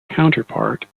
counterpart